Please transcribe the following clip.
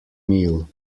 meal